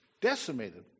decimated